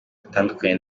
atandukanye